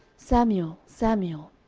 samuel, samuel.